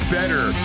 better